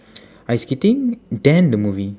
ice skating then the movie